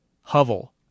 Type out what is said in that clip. hovel